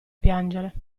piangere